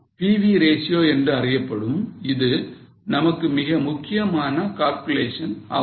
PV ratio என்று அறியப்படும் இது நமக்கு மிக முக்கியமான calculation ஆகும்